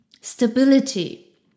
stability